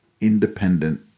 independent